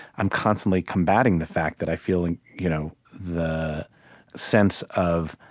i'm constantly combating the fact that i feel and you know the sense of